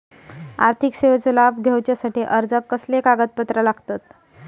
आर्थिक सेवेचो लाभ घेवच्यासाठी अर्जाक कसले कागदपत्र लागतत?